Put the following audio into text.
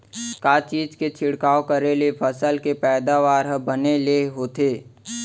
का चीज के छिड़काव करें ले फसल के पैदावार ह बने ले होथे?